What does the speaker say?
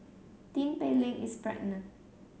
Tin Pei Ling is pregnant